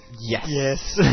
yes